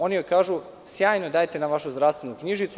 Oni joj kažu – sjajno, dajte nam vašu zdravstvenu knjižicu.